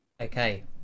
Okay